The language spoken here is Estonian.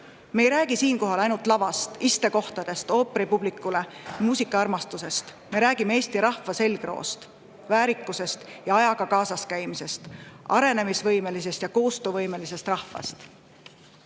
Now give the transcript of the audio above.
Me ei räägi siinkohal ainult lavast, ooperipubliku istekohtadest ja muusikaarmastusest, vaid me räägime Eesti rahva selgroost, väärikusest ja ajaga kaasas käimisest, arenemisvõimelisest ja koostöövõimelisest rahvast.